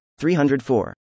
304